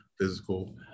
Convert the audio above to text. Physical